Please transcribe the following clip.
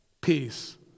peace